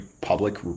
public